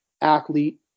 athlete